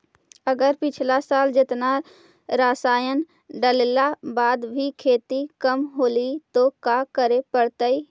अगर पिछला साल जेतना रासायन डालेला बाद भी खेती कम होलइ तो का करे पड़तई?